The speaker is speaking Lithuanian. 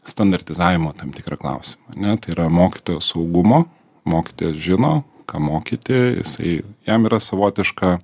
standartizavimo tam tikrą klausimą ar ne tai yra mokytojo saugumo mokytojas žino ką mokyti jisai jam yra savotiška